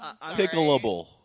tickleable